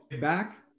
back